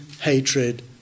hatred